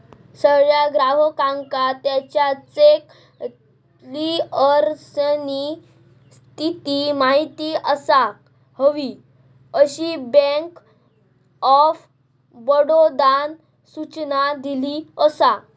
सगळ्या ग्राहकांका त्याच्या चेक क्लीअरन्सची स्थिती माहिती असाक हवी, अशी बँक ऑफ बडोदानं सूचना दिली असा